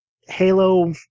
halo